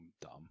dumb